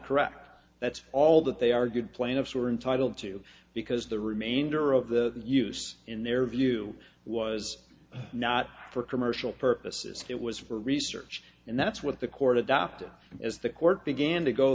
correct that's all that they argued plaintiffs or entitled to because the remainder of the use in their view was not for commercial purposes it was for research and that's what the court adopted as the court began to go